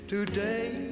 Today